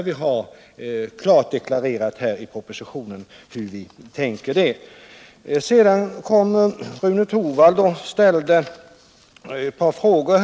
Vi har i propositionen klart deklarerat hur vi tänker oss detta. Rune Torwald ställde ett par frågor.